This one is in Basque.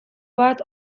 bat